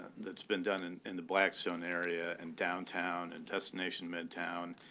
that's been done in in the blackstone area and downtown and destination midtown,